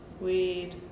Weed